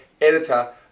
editor